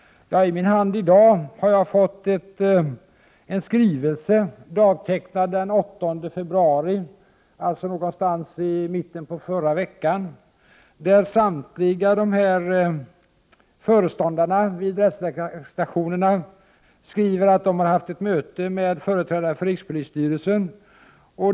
Jag har i dag fått i min hand en skrivelse, dagtecknad den 8 februari — alltså i mitten av förra veckan — där samtliga föreståndare för rättsläkarstationerna skriver att de har haft ett möte med företrädare för rikspolisstyrelsen.